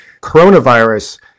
Coronavirus